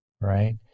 right